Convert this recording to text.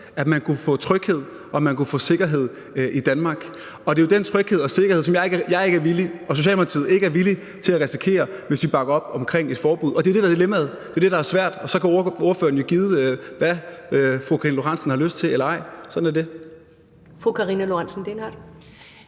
kunne få tryghed og sikkerhed i Danmark. Det er den tryghed og sikkerhed, som jeg og Socialdemokratiet ikke er villige til at risikere, hvis vi bakker op om et forbud. Det er det, der er dilemmaet. Det er det, der er svært. Og så kan ordføreren jo gide, hvad ordføreren har lyst til